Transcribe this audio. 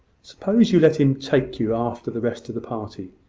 suppose you let him take you after the rest of the party?